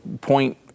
point